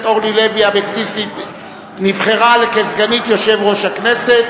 אורלי לוי אבקסיס לסגנית יושב-ראש הכנסת